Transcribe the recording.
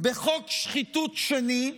בחוק שחיתות שני.